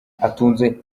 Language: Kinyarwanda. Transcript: atunze